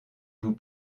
vous